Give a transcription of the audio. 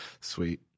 Sweet